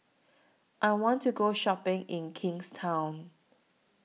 I want to Go Shopping in Kingstown